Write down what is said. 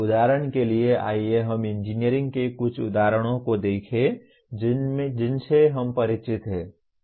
उदाहरण के लिए आइए हम इंजीनियरिंग के कुछ उदाहरणों को देखें जिनसे हम परिचित हैं